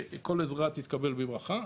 וכל עזרה תתקבל בברכה.